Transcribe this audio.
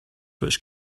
which